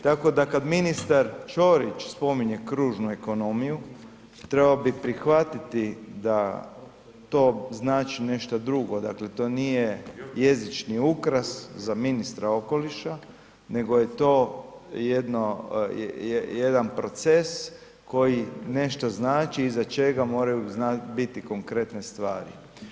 Tako da kad ministar Čorić spominje kružnu ekonomiju, trebao bih prihvatiti da to znači nešto drugo, dakle to nije jezični ukras za ministra okoliša, nego je to jedno, jedan proces koji nešto znači i iza čega moraju biti konkretne stvari.